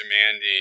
demanding